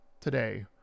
today